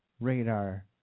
radar